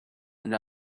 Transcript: and